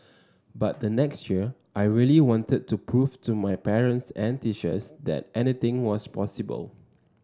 but the next year I really wanted to prove to my parents and teachers that anything was possible